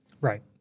Right